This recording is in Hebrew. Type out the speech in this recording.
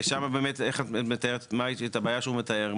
ושם באמת איך את מתארת את הבעיה שהוא מתאר?